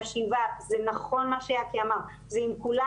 שהשבעה זה נכון מה שיקי אמר זה עם כולם.